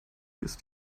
ist